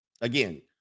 Again